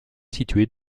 située